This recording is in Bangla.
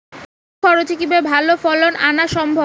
কম খরচে কিভাবে ভালো ফলন আনা সম্ভব?